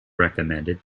recommended